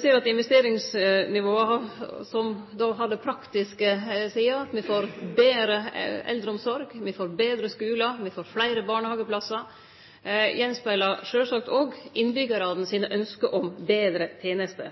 ser at investeringsnivået – som då har praktiske sider, for me får betre eldreomsorg, me får betre skular, og me får fleire barnehageplassar – sjølvsagt òg speglar av innbyggjaranes ynske om betre tenester.